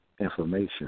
information